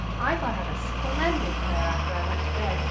i thought out a splendid prayer after i went to bed,